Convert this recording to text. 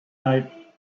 night